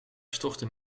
stortte